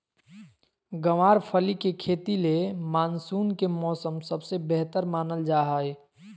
गँवार फली के खेती ले मानसून के मौसम सबसे बेहतर मानल जा हय